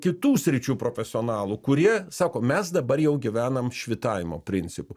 kitų sričių profesionalų kurie sako mes dabar jau gyvenam švytavimo principu